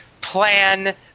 plan